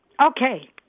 Okay